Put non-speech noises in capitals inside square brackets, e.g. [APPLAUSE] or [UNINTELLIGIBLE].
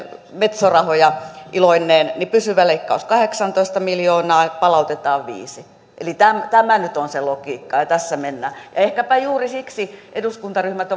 metso rahoja iloinneen pysyvä leikkaus kahdeksantoista miljoonaa palautetaan viisi eli tämä nyt on se logiikka ja tässä mennään ehkäpä juuri siksi eduskuntaryhmät [UNINTELLIGIBLE]